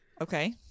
okay